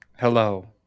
Hello